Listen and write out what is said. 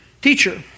Teacher